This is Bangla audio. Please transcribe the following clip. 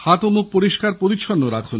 হাত ও মুখ পরিষ্কার পরিচ্ছন্ন রাখুন